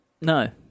No